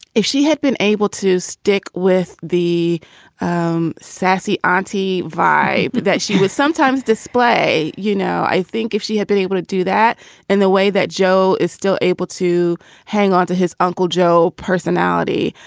if she had been able to stick with the um sassy auntie vi but that she would sometimes display, you know, i think if she had been able to do that in the way that joe is still able to hang onto his uncle joe personality,